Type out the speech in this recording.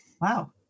wow